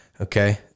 Okay